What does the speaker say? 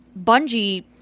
Bungie